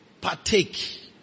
Partake